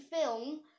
film